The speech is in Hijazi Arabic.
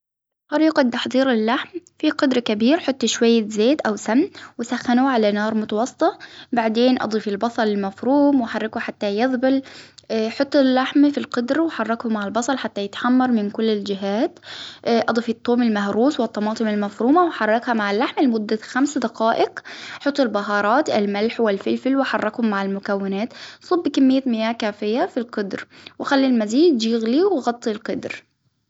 طريقة تحضير اللحم في قدر كبير حطي شوية زيت أو سمن وسخنوه على نار متوسطة بعدين أضيف البصل المفروم وحركه حتى يذبل حطوا اللحمة في القدر وحركوا مع البصل حتى يتحمر من كل الجهات أضيف التوم المهروس والطماطم المفرومة وحركها مع اللحمة لمدة خمس حطوا البهارات الملح والفلفل وحركهم مع المكونات، صب كمية مياه كافية في القدر، وخلي المزيج يغلي وغطي القدر.